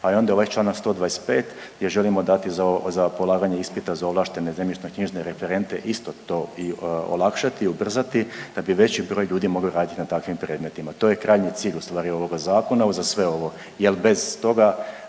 pa je onda ovaj čl. 125. gdje želimo dati za, za polaganje ispita za ovlaštene zemljišnoknjižne referente isto to i olakšati i ubrzati da bi veći broj ljudi mogli raditi na tim predmetima, to je krajnji cilj ustvari ovoga zakona uza sve ovo jel bez toga